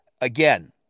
again